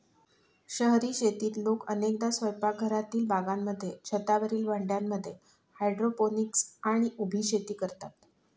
शहरी शेतीत लोक अनेकदा स्वयंपाकघरातील बागांमध्ये, छतावरील भांड्यांमध्ये हायड्रोपोनिक्स आणि उभी शेती करतात